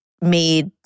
made